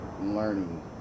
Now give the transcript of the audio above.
learning